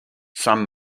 some